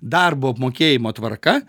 darbo apmokėjimo tvarka